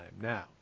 Now